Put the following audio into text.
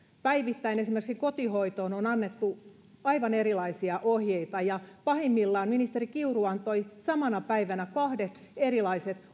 päivittäin esimerkiksi kotihoitoon on annettu aivan erilaisia ohjeita ja pahimmillaan ministeri kiuru antoi samana päivänä kahdet erilaiset